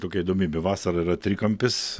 tokia įdomybė vasarą yra trikampis